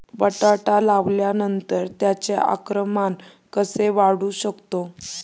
बटाटा लावल्यानंतर त्याचे आकारमान कसे वाढवू शकतो?